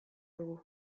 dugu